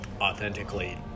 authentically